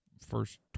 first